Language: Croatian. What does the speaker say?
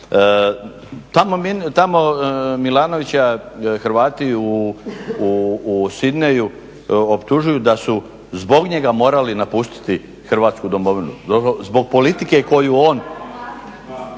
tamo Milanovića Hrvati u Sydneyu optužuju da su zbog njega morali napustiti Hrvatsku domovinu, zbog politike koju on